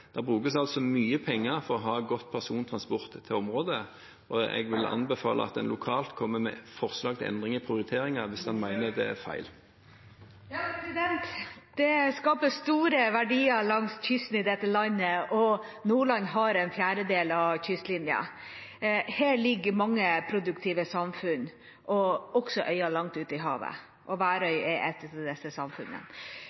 brukes altså mye penger for å ha god persontransport til området, og jeg vil anbefale at en lokalt kommer med forslag til endringer i prioriteringene dersom en mener at dette er feil. Det skapes store verdier langs kysten i dette landet, og Nordland har en fjerdedel av kystlinjen. Her ligger mange produktive samfunn og også øyer langt ute i havet.